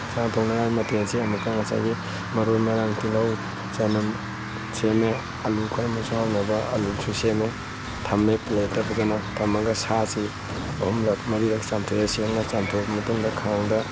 ꯁꯥ ꯊꯣꯡꯅꯉꯥꯏ ꯃꯊꯦꯜꯁꯦ ꯑꯃꯨꯛꯀ ꯉꯁꯥꯏꯒꯤ ꯃꯔꯣꯏ ꯃꯔꯥꯡ ꯇꯤꯂꯧ ꯆꯅꯝ ꯁꯦꯝꯃꯦ ꯑꯂꯨ ꯈꯔ ꯑꯃꯁꯨ ꯌꯥꯎꯅꯕ ꯑꯂꯨꯁꯨ ꯁꯦꯝꯃꯦ ꯊꯝꯃꯦ ꯄ꯭ꯂꯦꯠꯇ ꯐꯖꯅ ꯊꯝꯃꯒ ꯁꯥꯁꯤ ꯑꯍꯨꯝꯂꯛ ꯃꯔꯤꯔꯛ ꯆꯥꯝꯊꯣꯛꯑꯦ ꯁꯦꯡꯅ ꯆꯥꯝꯊꯣꯛꯑꯕ ꯃꯇꯨꯡꯗ ꯈꯥꯡꯗ